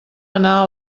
anar